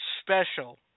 special